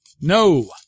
no